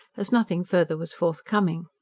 as nothing further was forthcoming.